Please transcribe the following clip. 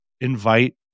invite